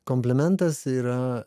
komplimentas yra